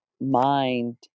mind